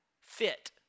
fit